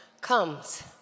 comes